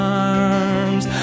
arms